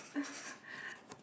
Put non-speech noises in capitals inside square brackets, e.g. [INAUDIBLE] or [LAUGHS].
[LAUGHS]